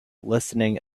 listening